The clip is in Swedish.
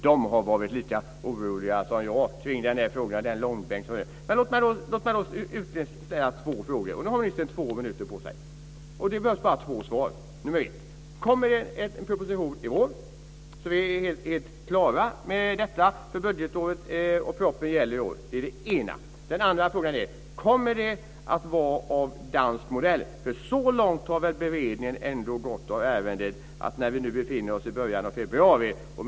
De har varit lika oroliga som jag för den här frågan och den långbänk som varit. Låt mig slutligen ställa två frågor. Nu har ministern två minuter på sig. Det behövs bara två svar. Kommer det en proposition i vår så att vi blir helt klara med detta för budgetåret och så att propositionen gäller i år? Det var den ena frågan. Den andra frågan är: Kommer avdraget att vara av dansk modell? Så långt har väl beredningen av ärendet ändå gått när vi nu befinner oss i början av februari?